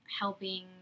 helping